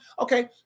okay